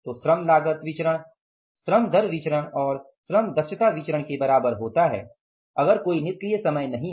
तो श्रम लागत विचरण श्रम दर विचरण और श्रम दक्षता विचरण के बराबर होता है कोई निष्क्रिय समय नहीं है